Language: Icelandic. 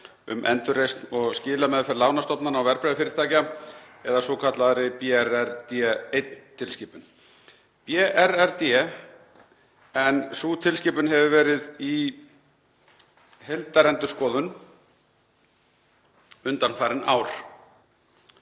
um endurreisn og skilameðferð lánastofnana og verðbréfafyrirtækja, eða svokallaðri BRRD I-tilskipun, en sú tilskipun hefur verið í heildarendurskoðun undanfarin ár.